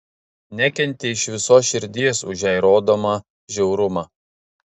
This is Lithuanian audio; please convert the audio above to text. nekentė iš visos širdies už jai rodomą žiaurumą